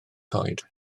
coed